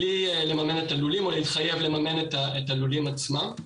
בלי לממן את הלולים או להתחייב לממן את הלולים עצמם,